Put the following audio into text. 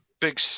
big